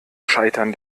scheitern